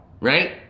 right